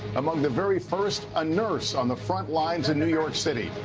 among the very first, a nurse on the front lines in new york city.